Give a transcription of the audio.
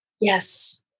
Yes